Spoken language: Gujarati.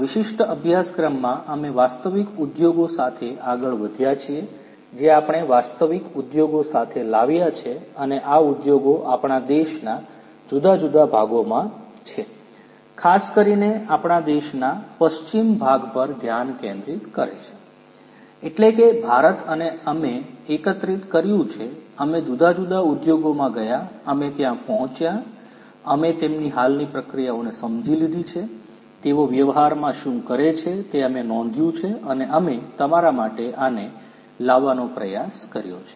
આ વિશિષ્ટ અભ્યાસક્રમમાં અમે વાસ્તવિક ઉદ્યોગો સાથે આગળ વધ્યા છીએ જે આપણે વાસ્તવિક ઉદ્યોગો સાથે લાવ્યા છે અને આ ઉદ્યોગો આપણા દેશના જુદા જુદા ભાગોમાં છે ખાસ કરીને આપણા દેશના પશ્ચિમ ભાગ પર ધ્યાન કેન્દ્રિત કરે છે એટલે કે ભારત અને અમે એકત્રિત કર્યું છે અમે જુદા જુદા ઉદ્યોગોમાં ગયા અમે ત્યાં પહોંચ્યા અમે તેમની હાલની પ્રક્રિયાઓને સમજી લીધી છે તેઓ વ્યવહારમાં શું કરે છે તે અમે નોંધ્યું છે અને અમે તમારા માટે આને લાવવાનો પ્રયાસ કર્યો છે